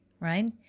Right